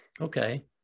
okay